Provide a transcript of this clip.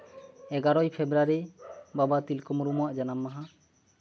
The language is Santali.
ᱮᱜᱟᱨᱳᱭ ᱯᱷᱮᱵᱽᱨᱩᱣᱟᱨᱤ ᱵᱟᱵᱟ ᱛᱤᱞᱠᱟᱹ ᱢᱟᱹᱡᱷᱤᱭᱟᱜ ᱡᱟᱱᱟᱢ ᱢᱟᱦᱟ